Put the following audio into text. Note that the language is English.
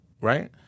right